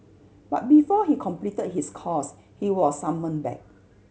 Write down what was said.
but before he completed his course he was summoned back